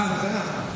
אה, התנ"ך.